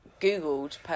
Googled